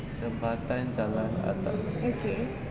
jambatan jalan atas